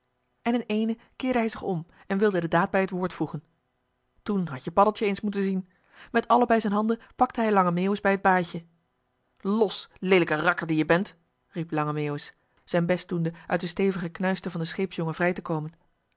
en in éénen keerde hij zich om en wilde de daad bij het woord voegen toen had-je paddeltje eens moeten zien met allebei z'n handen pakte hij lange meeuwis bij het baaitje los leelijke rakker die je bent riep lange meeuwis zijn best doende uit de stevige knuisten van den scheepsjongen vrij te komen